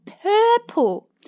purple